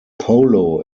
polo